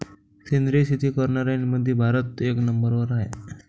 सेंद्रिय शेती करनाऱ्याईमंधी भारत एक नंबरवर हाय